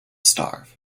starve